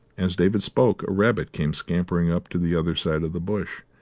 as david spoke a rabbit came scampering up to the other side of the bush,